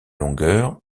longueur